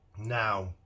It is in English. Now